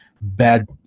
bad